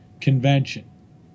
convention